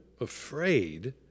afraid